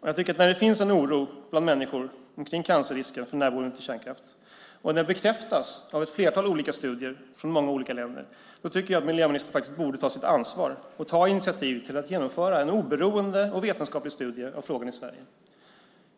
När det finns en oro bland människor kring cancerrisker i samband med närhet till kärnkraft och den bekräftas av ett flertal olika studier från många olika länder tycker jag att miljöministern faktiskt borde ta sitt ansvar och ta initiativ till att genomföra en oberoende och vetenskaplig studie av frågan i Sverige.